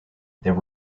there